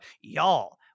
Y'all